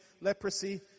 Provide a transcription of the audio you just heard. leprosy